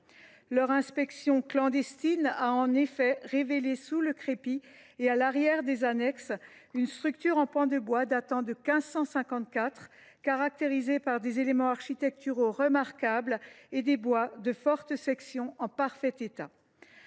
l’inspection clandestine a révélé, sous le crépi et à l’arrière des annexes, une structure en pan de bois datant de 1554, caractérisée par des éléments architecturaux remarquables et des bois de forte section en parfait état.